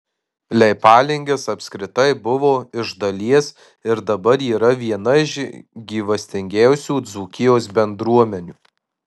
leipalingis apskritai buvo iš dalies ir dabar yra viena iš gyvastingiausių dzūkijos bendruomenių